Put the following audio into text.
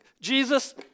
Jesus